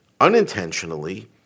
unintentionally